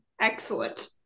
excellent